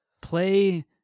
Play